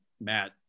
Matt